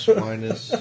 minus